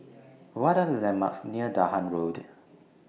What Are The landmarks near Dahan Road